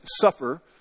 suffer